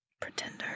Pretender